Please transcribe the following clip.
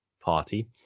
party